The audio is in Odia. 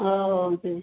ହଉ ହଉ